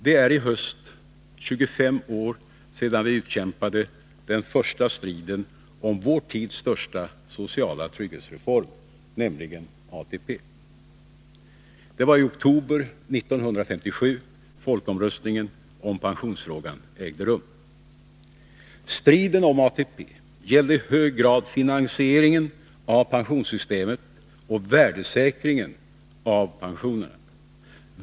Det är i höst 25 år sedan vi utkämpade den första striden om vår tids största sociala trygghetsreform, nämligen ATP. Det var i oktober 1957 folkomröstningen om pensionsfrågan ägde rum. Striden om ATP gällde i hög grad finansieringen av pensionssystemet och värdesäkringen av pensionerna.